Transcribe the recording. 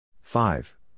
Five